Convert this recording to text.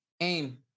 AIM